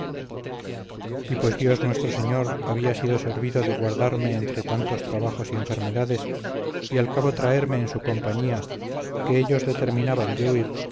y pues dios nuestro señor había sido servido de guardarme entre tantos trabajos y enfermedades y al cabo traerme en su compañía que ellos determinaban de huir